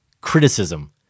criticism